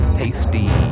tasty